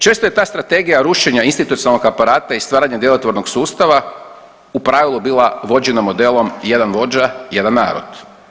Često je ta strategija rušenja institucionalnog aparata i stvaranja djelotvornog sustava u pravilu bila vođena modelom jedan vođa jedan narod.